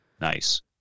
Nice